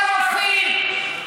של הרופאים,